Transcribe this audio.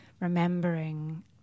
remembering